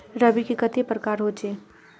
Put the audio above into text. रवि के कते प्रकार होचे?